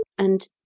and